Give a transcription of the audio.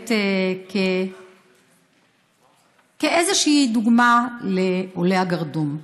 באמת כאיזושהי דוגמה לעולי הגרדום.